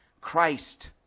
Christ